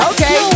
Okay